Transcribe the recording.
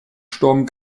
sturm